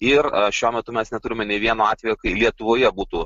ir šiuo metu mes neturime nė vieno atvejo kai lietuvoje būtų